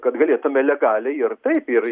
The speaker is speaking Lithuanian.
kad galėtume legaliai ir taip ir